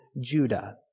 Judah